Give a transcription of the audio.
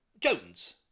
Jones